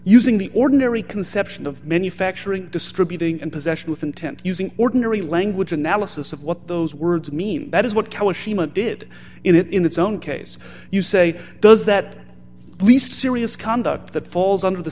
using the ordinary conception of many factual distributing and possession with intent using ordinary language analysis of what those words mean that is what did it in its own case you say does that lease serious conduct that falls